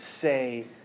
say